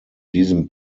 diesem